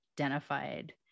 identified